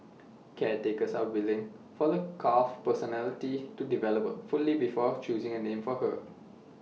caretakers are waning for the calf's personality to develop fully before choosing A name for her